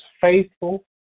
faithful